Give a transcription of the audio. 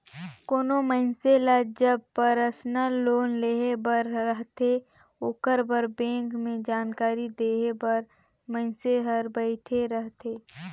कोनो मइनसे ल जब परसनल लोन लेहे बर रहथे ओकर बर बेंक में जानकारी देहे बर मइनसे हर बइठे रहथे